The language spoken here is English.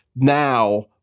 Now